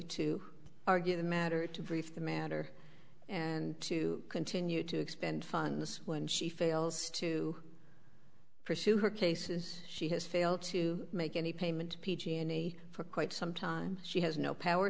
to argue the matter to brief the matter and to continue to expend funds when she fails to pursue her cases she has failed to make any payment p g and e for quite some time she has no power